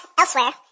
elsewhere